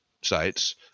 sites